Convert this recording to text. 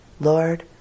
Lord